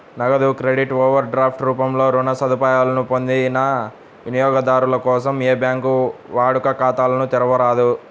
నగదు credit, overdraft రూపంలో రుణ సదుపాయాలను పొందిన వినియోగదారుల కోసం ఏ బ్యాంకూ వాడుక ఖాతాలను తెరవరాదు